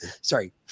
Sorry